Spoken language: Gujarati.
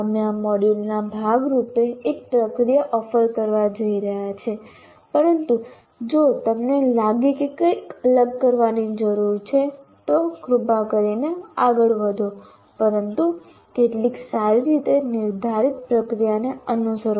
અમે આ મોડ્યુલના ભાગ રૂપે એક પ્રક્રિયા ઓફર કરવા જઈ રહ્યા છીએ પરંતુ જો તમને લાગે કે કંઈક અલગ કરવાની જરૂર છે તો કૃપા કરીને આગળ વધો પરંતુ કેટલીક સારી રીતે નિર્ધારિત પ્રક્રિયાને અનુસરો